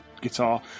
guitar